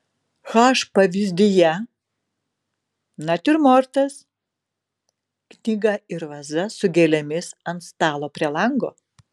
h pavyzdyje natiurmortas knyga ir vaza su gėlėmis ant stalo prie lango